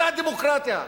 זו דמוקרטיה.